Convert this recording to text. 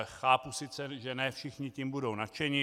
Chápu sice, že ne všichni tím budou nadšeni.